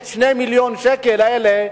את 2 מיליוני השקלים האלה,